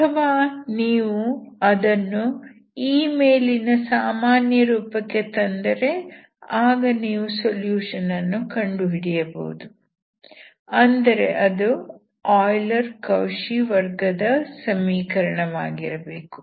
ಅಥವಾ ನೀವು ಅದನ್ನು ಈ ಮೇಲಿನ ಸಾಮಾನ್ಯ ರೂಪಕ್ಕೆ ತಂದರೆ ಆಗ ನೀವು ಸೊಲ್ಯೂಷನ್ ಅನ್ನು ಕಂಡುಹಿಡಿಯಬಹುದು ಅಂದರೆ ಅದು ಆಯ್ಲರ್ ಕೌಶಿ ವರ್ಗದ ಸಮೀಕರಣವಾಗಿರಬೇಕು